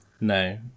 No